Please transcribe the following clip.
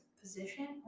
position